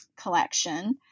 collection